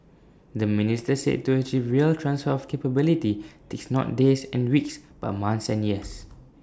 the minister said to achieve real transfer of capability takes not days and weeks but months and years